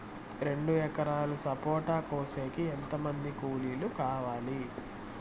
రెండు ఎకరాలు సపోట కోసేకి ఎంత మంది కూలీలు కావాలి?